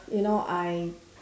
you know I